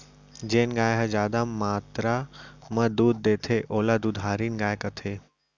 जेन गाय ह जादा मातरा म दूद देथे ओला दुधारिन गाय कथें